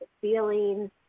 feelings